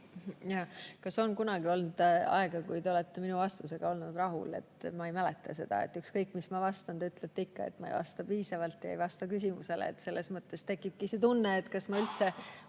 Kas on kunagi olnud nii, et te olete minu vastusega rahul olnud? Ma ei mäleta seda. Ükskõik mis ma vastan, te ütlete ikka, et ma ei vasta piisavalt ja ma ei vasta küsimusele. Selles mõttes tekibki tunne, et kas ma üldse